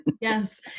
Yes